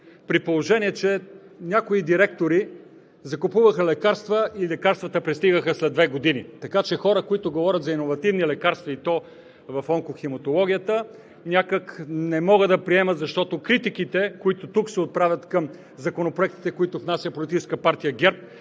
при положение че някои директори закупуваха лекарства и лекарствата пристигаха след две години. Така че хора, които говорят за иновативни лекарства, и то в онкохематологията, някак не мога да приема, защото критиките, отправени тук, към законопроектите, които внася Политическа партия ГЕРБ,